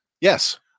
Yes